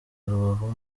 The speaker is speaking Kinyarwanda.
rubavu